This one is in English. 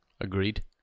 agreed